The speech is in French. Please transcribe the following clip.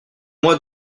mois